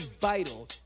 vital